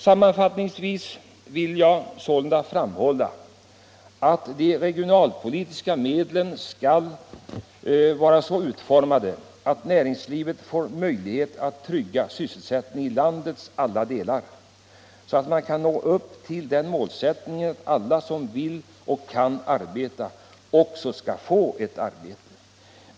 Sammanfattningsvis vill jag sålunda framhålla att de regionalpolitiska medlen skall vara så utformade att näringslivet får möjlighet att trygga sysselsättningen i landets alla delar, så att man kan nå upp till målsättningen att alla som vill och kan arbeta också skall få ett arbete.